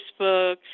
Facebook